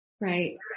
right